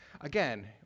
again